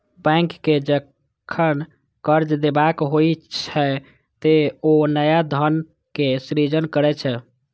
bank कें जखन कर्ज देबाक होइ छै, ते ओ नया धनक सृजन करै छै